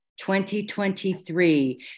2023